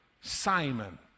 Simon